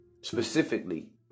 Specifically